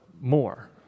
more